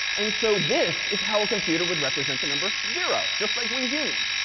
and so this is how a computer would represent the number zero, just like we humans.